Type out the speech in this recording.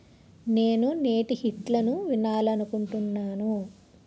నేను నేటి హిట్లను వినాలనుకుంటున్నాను